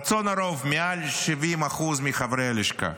רצון הרוב, מעל 70% מחברי הלשכה.